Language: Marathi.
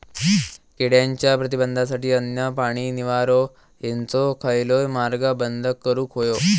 किड्यांच्या प्रतिबंधासाठी अन्न, पाणी, निवारो हेंचो खयलोय मार्ग बंद करुक होयो